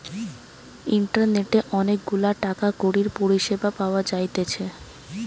ইন্টারনেটে অনেক গুলা টাকা কড়ির পরিষেবা পাওয়া যাইতেছে